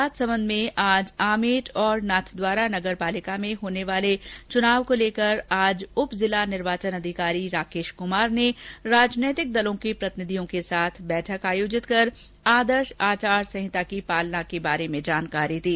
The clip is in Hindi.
राजसमंद में आज आमेट और नाथद्वारा नगरपालिका में होने वाले नगरपालिका चुनाव को लेकर को लेकर आज उप जिला निर्वाचन अधिकारी राकेश कुमार ने राजनीतिक दलों के प्रतिनिधियों के साथ बैठक आयोजित कर आदर्श आचार संहिता की पालना को लेकर जानकारी दी